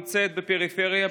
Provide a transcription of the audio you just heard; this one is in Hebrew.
נמצאת בפריפריה,